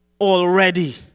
already